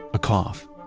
a cough,